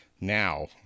now